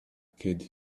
kid